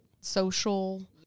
social